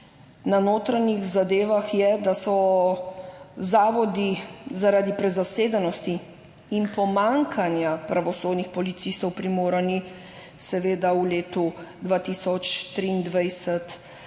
na notranjih zadevah, je, da so bili zavodi zaradi prezasedenosti in pomanjkanja pravosodnih policistov primorani v letu 2023